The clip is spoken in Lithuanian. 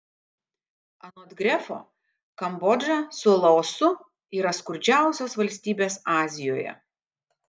anot grefo kambodža su laosu yra skurdžiausios valstybės azijoje